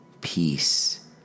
peace